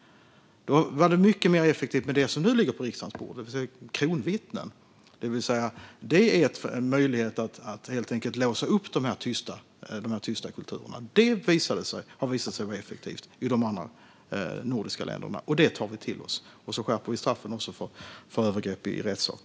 Något som är mycket mer effektivt är det som vi nu föreslår för riksdagen, nämligen kronvittnen. Det ger en möjlighet att låsa upp dessa tysta kulturer och har visat sig vara effektivt i andra nordiska länder. Det har vi därför tagit till oss. Vi skärper även straffen i övergrepp i rättssak.